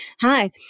Hi